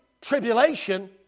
tribulation